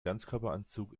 ganzkörperanzug